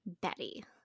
Betty